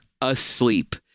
asleep